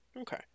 Okay